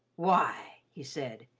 why! he said,